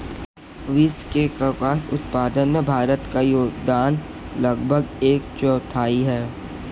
विश्व के कपास उत्पादन में भारत का योगदान लगभग एक चौथाई है